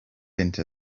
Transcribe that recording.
into